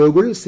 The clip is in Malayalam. ഗോകുൽ സി